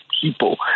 people